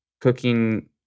cooking